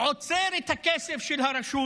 עוצר את הכסף של הרשות